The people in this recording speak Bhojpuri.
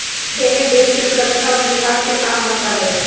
एमे देस के सुरक्षा अउरी विकास के काम होत हवे